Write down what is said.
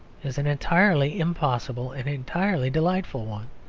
is an entirely impossible and entirely delightful one.